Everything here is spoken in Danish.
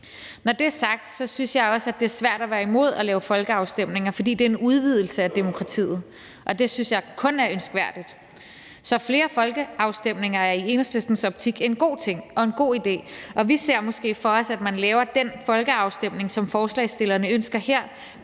Når det er sagt, synes jeg også, at det er svært at være imod at lave folkeafstemninger, fordi det er en udvidelse af demokratiet, og det synes jeg kun er ønskværdigt. Så flere folkeafstemninger er i Enhedslistens optik en god ting og en god idé, og vi ser måske for os, at man laver den folkeafstemning, som forslagsstillerne ønsker her,